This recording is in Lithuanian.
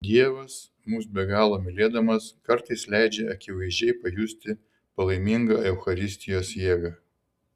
dievas mus be galo mylėdamas kartais leidžia akivaizdžiai pajusti palaimingą eucharistijos jėgą